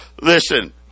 listen